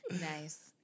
Nice